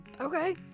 Okay